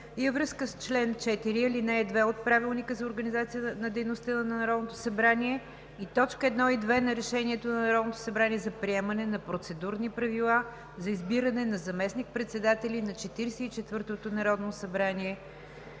във връзка с чл. 4, ал. 2 от Правилника за организацията и дейността на Народното събрание и т. 1 и 2 на Решението на Народното събрание за приемане на Процедурни правила за избиране на заместник-председатели на Четиридесет